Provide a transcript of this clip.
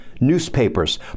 newspapers